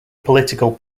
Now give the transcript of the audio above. political